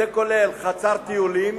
זה כולל חצר טיולים.